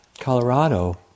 Colorado